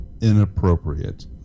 inappropriate